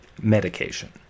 medication